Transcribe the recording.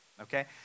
okay